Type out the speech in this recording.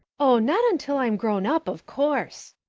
oh, not until i'm grown-up, of course.